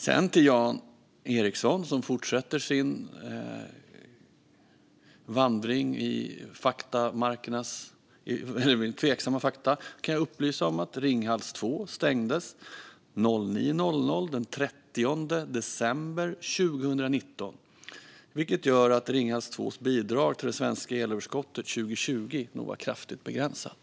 Jan Ericson fortsätter sin vandring i marker av tveksamma fakta. Jag kan upplysa om att Ringhals 2 stängdes klockan nio den 30 december 2019, vilket gör att Ringhals 2:s bidrag till det svenska elöverskottet 2020 nog var kraftigt begränsat.